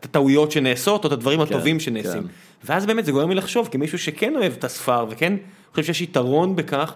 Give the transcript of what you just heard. את הטעויות שנעשות או את הדברים הטובים שנעשים. ואז באמת זה גורם לי לחשוב, כמישהו שכן אוהב את הספר וכן חושב שיש יתרון בכך,